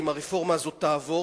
אם הרפורמה הזאת תעבור,